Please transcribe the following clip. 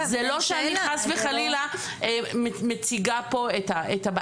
זה לא שאני חס וחלילה מציגה פה את הבעיה.